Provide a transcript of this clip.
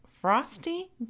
Frosty